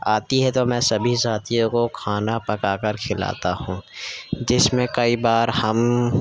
آتی ہے تو میں سبھی ساتھیو کو کھانا پکا کر کھلاتا ہوں جس میں کئی بار ہم